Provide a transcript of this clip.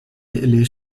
lee